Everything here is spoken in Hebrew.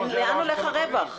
לאן הולך הרווח?